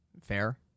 Fair